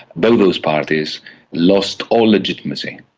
both those parties lost all legitimacy,